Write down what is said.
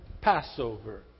Passover